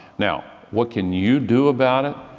now, what can you do about it?